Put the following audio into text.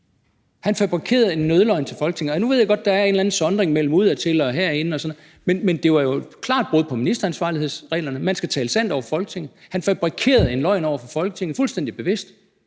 Han fabrikerede en nødløgn over for Folketinget. Og nu ved jeg godt, at der er en eller anden sondring mellem udadtil og herinde og sådan noget, men det var jo et klart brud på ministeransvarlighedsreglerne – man skal tale sandt over for Folketinget. Han fabrikerede en løgn over for Folketinget, fuldstændig bevidst.